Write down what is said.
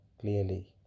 clearly